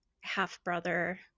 half-brother